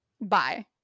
bye